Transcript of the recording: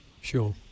Sure